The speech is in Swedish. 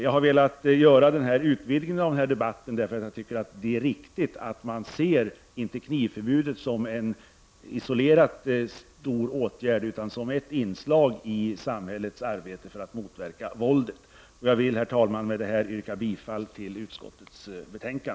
Jag har velat göra denna utvidgning av debatten eftersom jag tycker att det är riktigt att se knivförbudet som ett inslag i samhällets arbete för att motverka våldet och inte som en isolerad åtgärd. Jag vill, herr talman, med detta yrka bifall till utskottets hemställan.